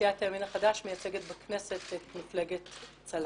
שסיעת הימין החדש מייצגת בכנסת את מפלגת צל"ש.